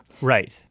right